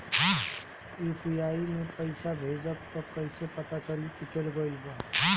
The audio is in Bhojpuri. यू.पी.आई से पइसा भेजम त कइसे पता चलि की चल गेल बा की न?